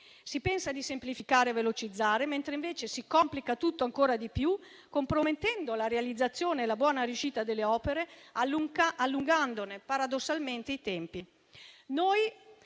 Si pensa di semplificare e velocizzare, mentre invece si complica tutto ancora di più, compromettendo la realizzazione e la buona riuscita delle opere, allungandone paradossalmente i tempi.